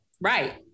Right